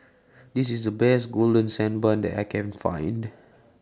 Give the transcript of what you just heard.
This IS The Best Golden Sand Bun that I Can Find